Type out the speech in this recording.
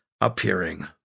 appearing